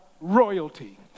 Royalty